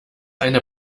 eine